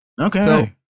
Okay